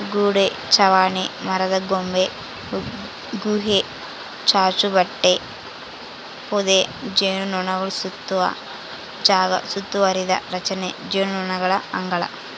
ಗೋಡೆ ಚಾವಣಿ ಮರದಕೊಂಬೆ ಗುಹೆ ಚಾಚುಬಂಡೆ ಪೊದೆ ಜೇನುನೊಣಸುತ್ತುವ ಜಾಗ ಸುತ್ತುವರಿದ ರಚನೆ ಜೇನುನೊಣಗಳ ಅಂಗಳ